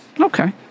Okay